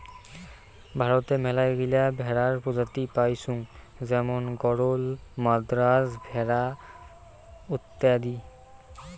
ভারতে মেলাগিলা ভেড়ার প্রজাতি পাইচুঙ যেমন গরল, মাদ্রাজ ভেড়া অত্যাদি